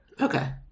Okay